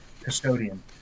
custodian